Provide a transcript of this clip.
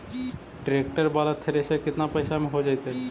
Tractor बाला thresher केतना पैसा में हो जैतै?